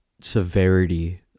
severity